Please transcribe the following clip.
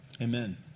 Amen